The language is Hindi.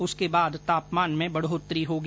उसके बाद तापमान में बढ़ोतरी होगी